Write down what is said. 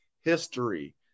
history